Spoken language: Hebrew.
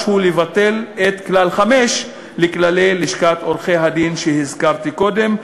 הוא לבטל את כלל 5 לכללי לשכת עורכי-הדין שהזכרתי קודם,